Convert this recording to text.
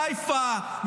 סייפא,